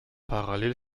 parallel